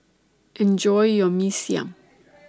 Enjoy your Mee Siam